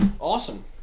awesome